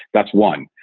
that's one.